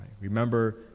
Remember